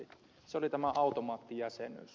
se oli tämä automaattijäsenyys